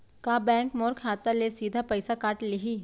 का बैंक मोर खाता ले सीधा पइसा काट लिही?